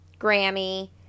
Grammy